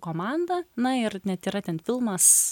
komanda na ir net yra ten filmas